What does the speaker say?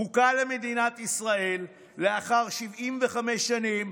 חוקה למדינת ישראל לאחר 75 שנים,